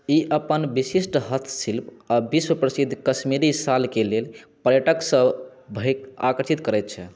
ई अपन विशिष्ट हस्तशिल्प आ विश्व प्रसिद्ध कश्मीरी शालके लेल पर्यटकसभकेँ आकर्षित करैत छै